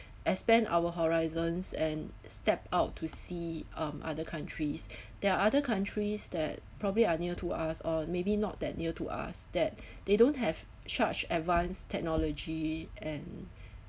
expand our horizons and step out to see um other countries there are other countries that probably are near to us or maybe not that near to us that they don't have such advanced technology and